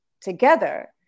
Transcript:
together